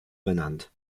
benannt